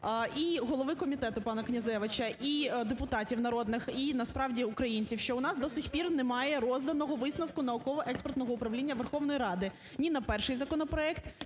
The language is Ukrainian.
і голови комітету пана Князевича, і депутатів народних, і насправді, українців, що у нас до сих пір немає розданого висновку науково-експертного управління Верховної Ради ні на перший законопроект,